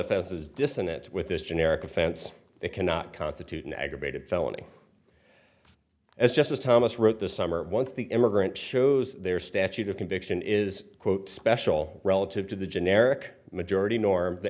offenses dissonant with this generic offense they cannot constitute an aggravated felony as justice thomas wrote this summer once the immigrant shows their statute of conviction is quote special relative to the generic majority norm the